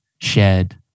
shared